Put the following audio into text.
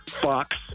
Fox